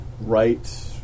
right